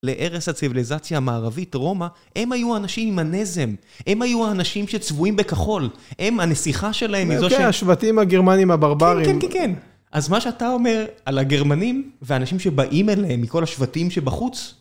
לארץ הציביליזציה המערבית, רומא, הם היו האנשים עם הנזם. הם היו האנשים שצבועים בכחול. הם, הנסיכה שלהם, איזושהי... אוקיי, השבטים הגרמנים, הברברים. כן, כן, כן, כן. אז מה שאתה אומר על הגרמנים ואנשים שבאים אליהם מכל השבטים שבחוץ...